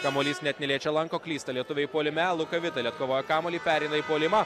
kamuolys net neliečia lanko klysta lietuviai puolime luka vitali atkovoja kamuolį pereina į puolimą